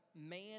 man